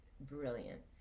brilliant